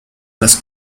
las